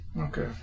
Okay